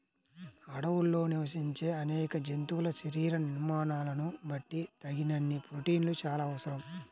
అడవుల్లో నివసించే అనేక జంతువుల శరీర నిర్మాణాలను బట్టి తగినన్ని ప్రోటీన్లు చాలా అవసరం